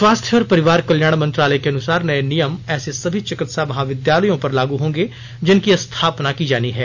स्वास्थ्य और परिवार कल्याण मंत्रालय के अनुसार नए नियम ऐसे सभी चिकित्सा महाविद्यालयों पर लागू होंगे जिनकी स्थापना की जानी है